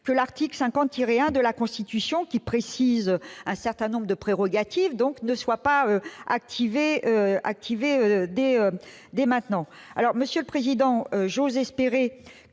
que l'article 50-1 de la Constitution, qui précise un certain nombre de prérogatives, ne soit pas activé dès maintenant.